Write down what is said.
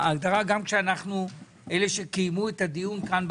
כשאנחנו אלה שקיימו את הדיון כאן,